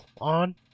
on